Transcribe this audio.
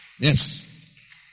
Yes